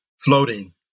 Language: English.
floating